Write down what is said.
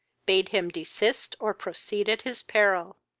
bade him desist or proceed at his peril.